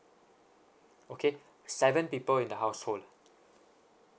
okay seven people in the household